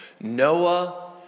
Noah